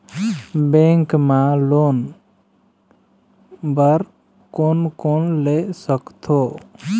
Bank मा loan बर कोन कोन ले सकथों?